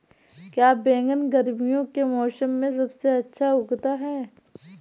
क्या बैगन गर्मियों के मौसम में सबसे अच्छा उगता है?